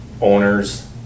owners